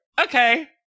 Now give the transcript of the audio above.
Okay